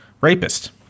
rapist